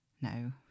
No